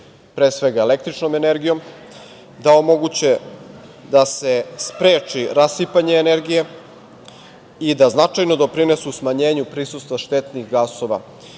pre svega električnom energijom, da omoguće da se spreči rasipanje energije i da značajno doprinesu smanjenju prisustva štetnih gasova